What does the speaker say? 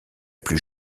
plus